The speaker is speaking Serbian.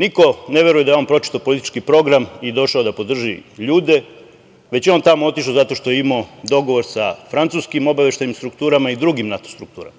Niko ne veruje da je on pročitao politički program i došao da podrži ljude, već je on tamo otišao zato što je imao dogovor sa francuskim obaveštajnim strukturama i drugim NATO strukturama.